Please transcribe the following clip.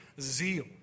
zeal